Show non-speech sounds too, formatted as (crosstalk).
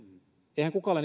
eihän kukaan (unintelligible)